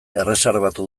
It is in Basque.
erreserbatu